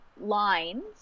lines